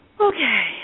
Okay